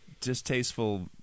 distasteful